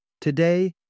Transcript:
Today